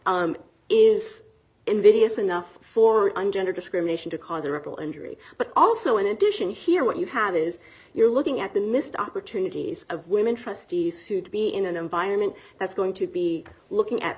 is invidious enough for gender discrimination to cause a ripple injury but also in addition here what you have is you're looking at the missed opportunities of women trustees soon to be in an environment that's going to be looking at